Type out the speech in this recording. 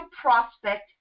Prospect